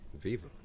Viva